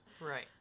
Right